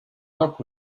talk